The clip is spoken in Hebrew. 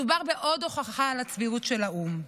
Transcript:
מדובר בעוד הוכחה לצביעות של האו"ם.